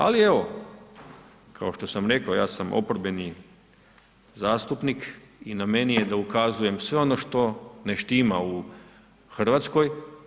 Ali evo kao što sam rekao, ja sam oporbeni zastupnik i na meni je da ukazujem na sve ono što ne štima u Hrvatskoj.